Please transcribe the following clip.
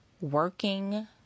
working